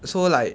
so like